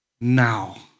now